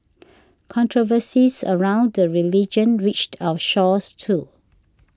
controversies around the religion reached our shores too